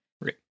Right